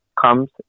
Comes